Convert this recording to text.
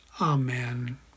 amen